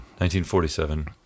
1947